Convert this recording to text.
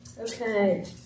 okay